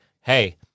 Hey